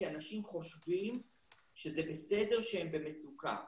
כי אנשים חושבים שזה בסדר שהם במצוקה.